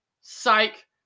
Psych